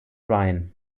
ryan